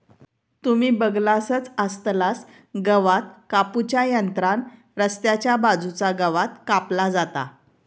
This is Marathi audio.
तुम्ही बगलासच आसतलास गवात कापू च्या यंत्रान रस्त्याच्या बाजूचा गवात कापला जाता